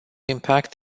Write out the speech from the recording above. impact